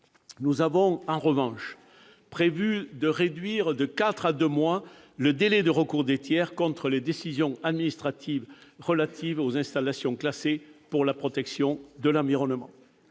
nous avons en revanche prévu de réduire de quatre à deux mois le délai de recours des tiers contre les décisions administratives relatives aux installations classées pour la protection de l'environnement.